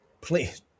please